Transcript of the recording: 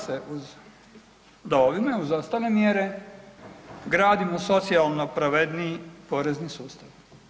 Kaže se uz, da ovime uz zdravstvene mjere gradimo socijalno pravedniji porezni sustav.